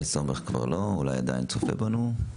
אולי עדיין צופה בנו.